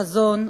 חזון,